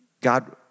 God